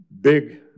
big